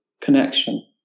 connection